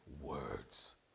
words